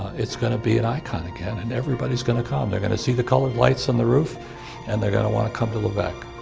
it's going to be an icon again and everybody's going to come. they're going to see the colored lights on the roof and their going to want to come to leveque!